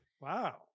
Wow